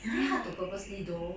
be very hard to purposely though